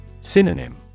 Synonym